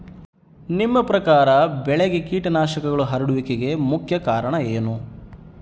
ನಿಮ್ಮ ಪ್ರಕಾರ ಬೆಳೆಗೆ ಕೇಟನಾಶಕಗಳು ಹರಡುವಿಕೆಗೆ ಮುಖ್ಯ ಕಾರಣ ಏನು?